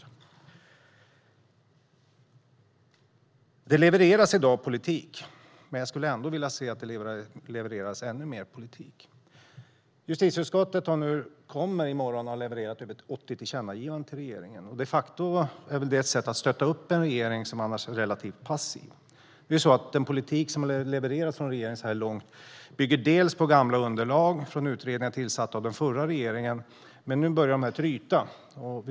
Politik levereras i dag, men jag skulle ändå vilja se att ännu mer politik levererades. Justitieutskottet kommer i morgon att ha levererat över 80 tillkännagivanden till regeringen. Det är ett sätt att stötta upp en regering som annars är relativt passiv. Den politik som regeringen har levererat hittills bygger till viss del på gamla underlag från utredningar som tillsattes av den förra regeringen. Nu börjar dessa utredningar dock tryta.